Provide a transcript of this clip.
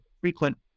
frequent